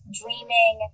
dreaming